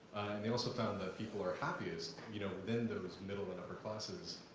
and they also found that people are happiest, you know, within those middle and upper classes,